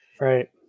Right